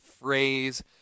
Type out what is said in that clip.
phrase